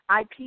IP